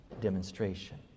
demonstration